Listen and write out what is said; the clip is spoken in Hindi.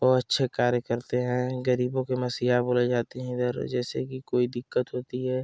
वो अच्छे कार्य करते हैं गरीबों के मसीहा बोले जाते हैं इधर जैसे कि कोई दिक्कत होती है